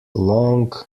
long